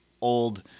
old